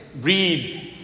read